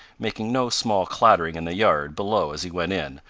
making no small clattering in the yard below as he went in,